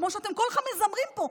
כמו שאתם כולכם מזמרים פה,